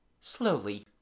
Slowly